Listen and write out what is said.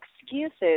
excuses